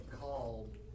called